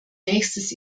nächstes